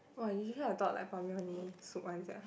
!wah! usually I thought like prawn noodle only soup one sia